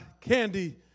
candy